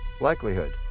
likelihood